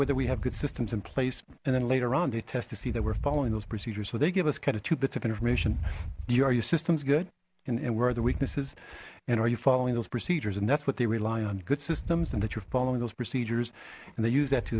whether we have good systems in place and then later on they test to see that we're following those procedures so they give us kind of two bits of information you are your systems good and where are the weaknesses and are you following those procedures and that's what they rely on good systems and that you're following those procedures and they use that to